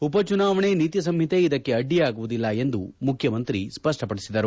ಉಪ ಚುನಾವಣೆ ನೀತಿ ಸಂಹಿತೆ ಇದಕ್ಕೆ ಅಡ್ಡಿಯಾಗುವುದಿಲ್ಲ ಎಂದು ಮುಖ್ಯಮಂತ್ರಿ ಸ್ಪಷ್ಟಪಡಿಸಿದರು